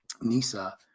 NISA